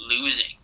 losing